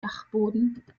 dachboden